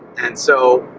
and so,